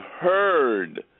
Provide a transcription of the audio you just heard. heard